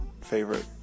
favorite